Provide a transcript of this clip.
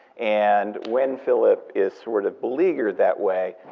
and when philip is sort of beleaguered that way,